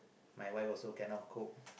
my wife also cannot cook